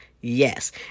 Yes